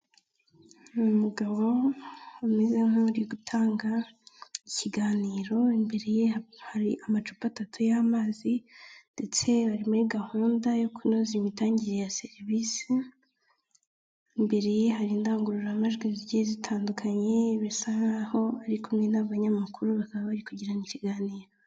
Ni umugabo umeze nk'uri gutanga ikiganiro, imbere ye hari amacupa atatu y'amazi ndetse bari muri gahunda yo kunoza imitangire ya serivisi, imbere ye hari indangururamajwi zigiye zitandukanye bisa nk'aho ari kumwe n'abanyamakuru bakaba bari kugirana ikiganiro.